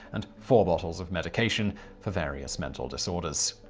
and four bottles of medication for various mental disorders.